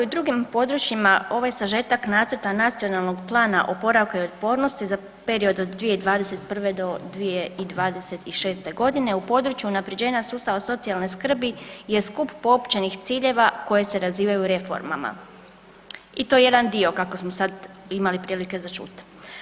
Kao i u drugim područjima ovaj sažetak Nacrta nacionalnog plana oporavka i otpornosti za period od 2021.-2026.g. u području unapređenja sustava socijalne skrbi je skup poopćenih ciljeva koje se nazivaju reformama i to jedan dio kako smo sad imali prilike za čut.